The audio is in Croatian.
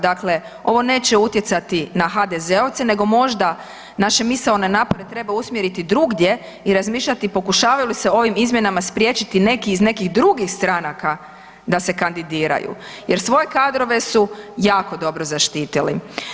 Dakle, ovo neće utjecati na HDZ-ovce nego možda naše misaone napore treba usmjeriti drugdje i razmišljati pokušavaju li se ovim izmjenama spriječiti neki iz nekih drugih stranaka da se kandidiraju jer svoje kadrove su jako dobro zaštitili.